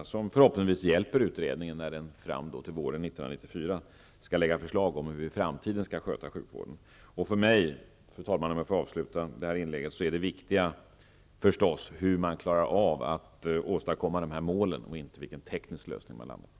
Debatten kommer förhoppningsvis att hjälpa utredningen, när man våren 1994 skall lägga fram förslag om hur sjukvården i framtiden skall skötas. Det viktiga för mig är, fru talman, att man klarar att nå de här målen, inte vilken teknisk lösning som man använder.